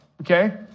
okay